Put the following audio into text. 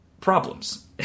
problems